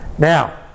Now